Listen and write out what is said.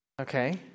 Okay